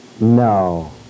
No